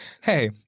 hey